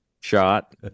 shot